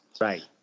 Right